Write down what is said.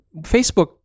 Facebook